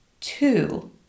two